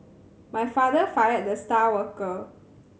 my father fired the star worker